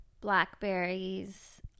blackberries